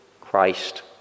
Christ